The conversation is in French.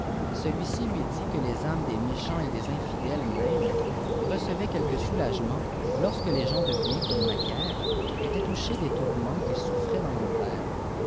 celui-ci lui ditiqe les âmes des méchants et des infidèles même recevaient quetquibs soulageiments lorsque les gens de bien comme macaire aietit touchés des tourments qu'ils soufl'raient dans